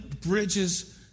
bridges